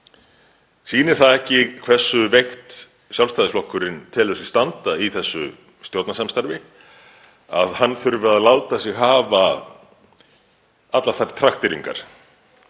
Sýnir það ekki hversu veikt Sjálfstæðisflokkurinn telur sig standa í þessu stjórnarsamstarfi að hann þurfi að láta sig hafa allar þær trakteringar